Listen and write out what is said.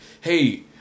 hey